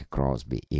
Crosby